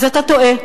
אז אתה טועה.